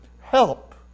help